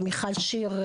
מיכל שיר,